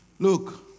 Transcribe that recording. Look